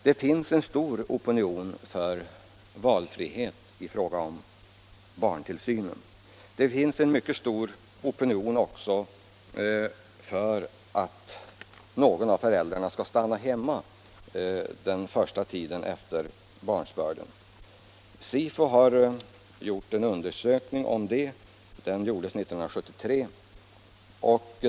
Det finns en stor opinion för valfrihet i fråga om barntillsynen. Det finns också en mycket stor opinion för att någon av föräldrarna skall stanna hemma den första tiden efter barnsbörden. SIFO gjorde en undersökning om detta 1973.